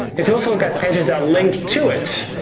if you also look at pages that link to it,